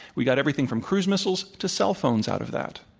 we got everything from cruise missiles to cell phones out of that.